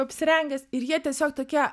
apsirengęs ir jie tiesiog tokie